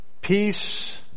Peace